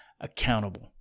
accountable